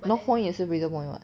north point 也是 Fraser point [what]